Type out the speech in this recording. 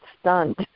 stunt